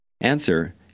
Answer